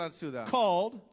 called